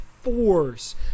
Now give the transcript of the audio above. force